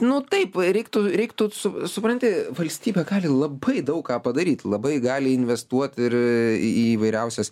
nu taip reiktų reiktų su supranti valstybė gali labai daug ką padaryti labai gali investuot ir į įvairiausias